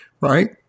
right